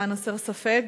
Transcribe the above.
למען הסר ספק,